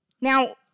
Now